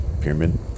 Pyramid